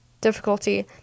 difficulty